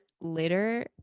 later